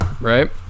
right